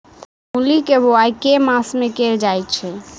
मूली केँ बोआई केँ मास मे कैल जाएँ छैय?